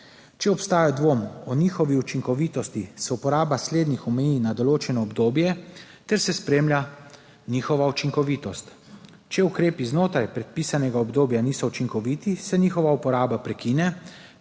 Če obstaja dvom o njihovi učinkovitosti, se uporaba slednjih omeji na določeno obdobje ter se spremlja njihova učinkovitost. Če ukrepi znotraj predpisanega obdobja niso učinkoviti, se njihova uporaba prekine